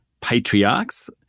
patriarchs